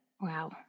Wow